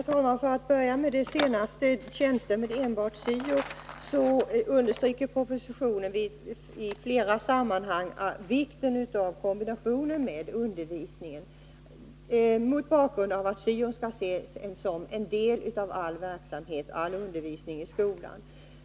Herr talman! För att börja med det senaste, tjänster med enbart syo, så understryker man i propositionen i flera sammanhang vikten av kombina tionen med undervisning mot bakgrund av att syo skall ses som en del av all undervisning i skolan.